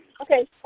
Okay